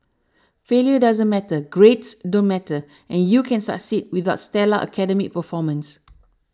failure doesn't matter grades don't matter and you can succeed without stellar academic performance